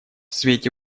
свете